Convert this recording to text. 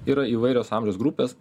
yra įvairios amžiaus grupės